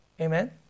Amen